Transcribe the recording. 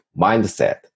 mindset